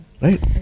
Right